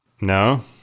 no